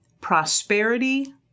prosperity